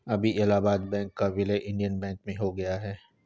अभी इलाहाबाद बैंक का विलय इंडियन बैंक में हो गया है